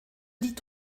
dit